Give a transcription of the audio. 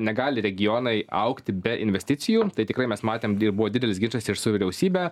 negali regionai augti be investicijų tai tikrai mes matėm ir buvo didelis ginčas ir su vyriausybe